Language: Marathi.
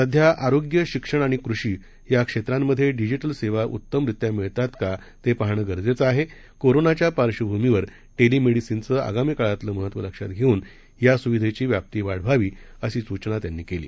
सध्याआरोग्य शिक्षणआणिकृषीयाक्षेत्रांमध्येडिजिटलसेवाउत्तमरीत्यामिळतातकातेपाहणंगरजेचंआहे कोरोनाच्यापार्श्वभूमीवरटेलीमेडीसीनचंआगामीकाळातलंमहत्वलक्षातघेऊनयासुविधेचीव्याप्तीवाढवावी अशीसूचनात्यांनीकेली